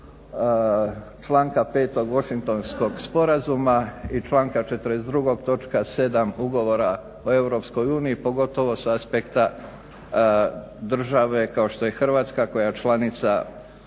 članka 5. Washingtonskog sporazuma i članka 42. točka 7. Ugovora o EU pogotovo s aspekta države kao što je Hrvatska koja je članica